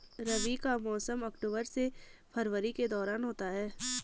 रबी का मौसम अक्टूबर से फरवरी के दौरान होता है